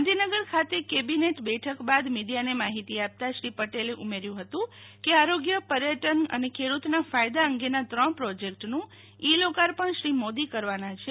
ગાંધીનગર ખાતે કેબિનેટ બેઠક બાદ મીડિયાને માહિતી આપતા શ્રી પટેલે ઉમેર્યુ હતું કે આરોગ્ય પર્યટન અને ખેડુતના ફાયદા અંગેના ત્રણ પ્રોજેક્ટનું ઈલોકાર્પણ શ્રી મોદી કરવાના છે